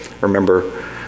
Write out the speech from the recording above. remember